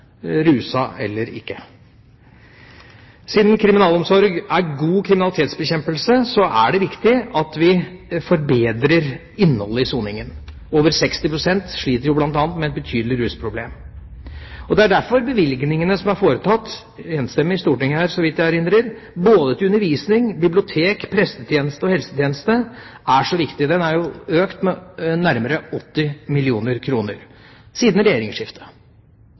ruset eller ikke ruset. Siden kriminalomsorg er god kriminalitetsbekjempelse, er det viktig at vi forbedrer innholdet i soningen. Over 60 pst. sliter bl.a. med et betydelig rusproblem. Derfor er bevilgningene – som er vedtatt enstemmig i Stortinget, så vidt jeg erindrer – til undervisning, bibliotek, pressetjeneste og helsetjeneste så viktige. Bevilgningene er økt med nærmere 80 mill. kr siden regjeringsskiftet,